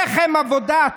לחם, עבודה.